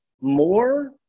more